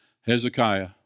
Hezekiah